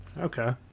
okay